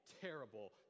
terrible